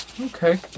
Okay